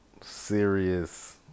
serious